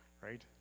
right